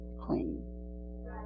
clean